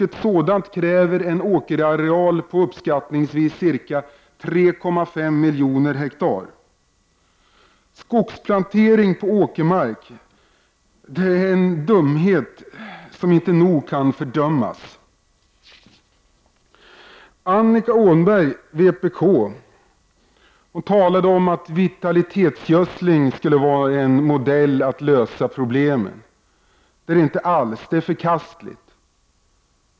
Ett sådant kräver en åkerareal på uppskattningsvis 3,5 miljoner hektar. Skogsplantering på åkermarken är en dumhet som inte nog kan fördömas. Annika Åhnberg, vpk, talade om att vitaliseringsgödsling skulle vara en modell för att lösa problemen. Det är det inte alls. Det är förkastligt.